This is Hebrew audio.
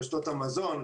רשתות המזון,